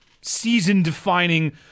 season-defining